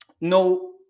no